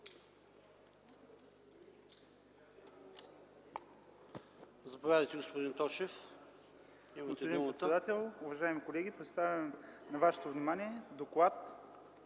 Заповядайте, господин Тошев.